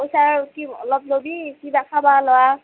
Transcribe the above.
পইচা কি অলপ ল'বি কিবা খাব ল